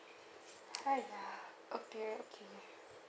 !haiya! a period okay